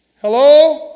Hello